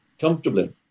comfortably